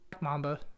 Mamba